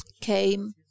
came